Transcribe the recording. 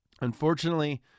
Unfortunately